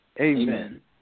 Amen